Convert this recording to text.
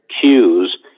cues